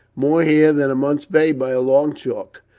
more here than a month's pay, by a long chalk.